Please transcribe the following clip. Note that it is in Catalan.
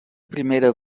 primera